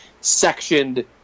sectioned